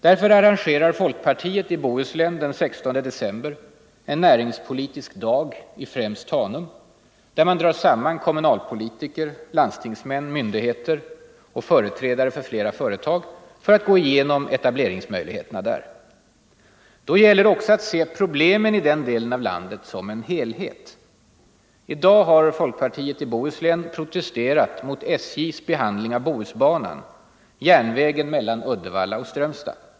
Därför arrangerar folkpartiet i Bohuslän den 16 december en näringspolitisk dag i främst Tanum, där man drar samman kommunalpolitiker, landstingsmän, myndigheter och företrädare för flera företag för att gå igenom etableringsmöjligheterna där. Då gäller det också att se problemen i den delen av länet som en helhet. I dag har folkpartiet i Bohuslän protesterat mot SJ:s behandling av Bohusbanan, järnvägen mellan Uddevalla och Strömstad.